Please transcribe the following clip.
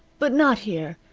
but not here.